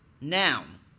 noun